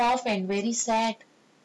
quite tough and very sad